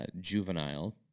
juvenile